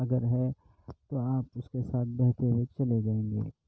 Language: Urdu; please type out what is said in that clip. اگر ہے تو آپ اس کے ساتھ بہتے ہوئے چلے جائیں گے